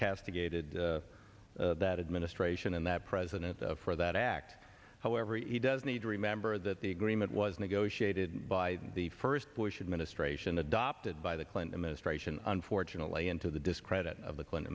castigated that admit stray ssion and that president for that act however he does need to remember that the agreement was negotiated by the first bush administration adopted by the clinton administration unfortunately into the discredit of the clinton